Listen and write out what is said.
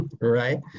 right